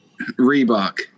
Reebok